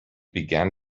began